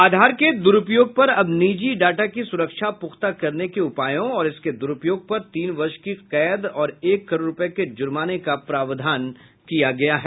आधार के दुरूपयोग पर अब निजी डाटा की सुरक्षा पुख्ता करने के उपायों और इसके दुरूपयोग पर तीन वर्ष की कैदी और एक करोड़ रूप्ये के ज़ुर्माने का प्रावधान किया गया है